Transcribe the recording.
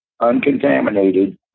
uncontaminated